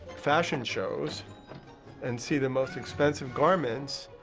fashion shows and see the most expensive garments.